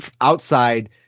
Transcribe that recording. outside